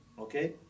Okay